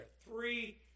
three